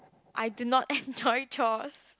I do not enjoy chores